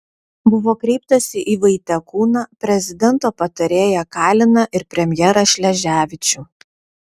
buvo kreiptasi į vaitekūną prezidento patarėją kaliną ir premjerą šleževičių